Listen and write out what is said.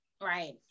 right